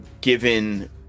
given